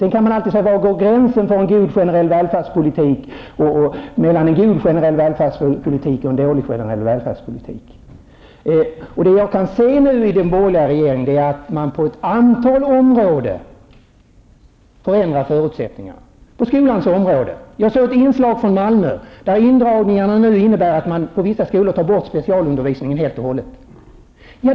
Sedan kan man alltid fråga var gränsen mellan en god generell välfärdspolitik och en dålig generell välfärdspolitik går. Vad jag nu kan se av den borgerliga regeringens politik är att man på ett antal områden förändrar förutsättningarna, t.ex. på skolans område. Jag såg ett inslag från Malmö där indragningarna nu innebär att man på vissa skolor tar bort specialundervisningen helt och hållet.